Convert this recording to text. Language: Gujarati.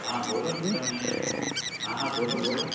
હા બોલો ન તમે હા હા બોલો બોલો